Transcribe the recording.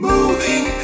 Moving